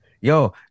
Yo